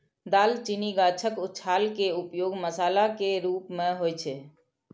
दालचीनी गाछक छाल के उपयोग मसाला के रूप मे होइ छै